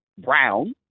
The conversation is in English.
brown